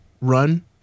run